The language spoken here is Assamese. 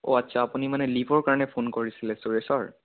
অঁ আচ্ছা আপুনি মানে লিভৰ কাৰণে ফ'ন কৰিছিলে সুৰেশৰ